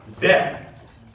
death